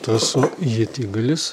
tas ietigalis